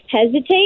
hesitate